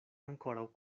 ankoraŭ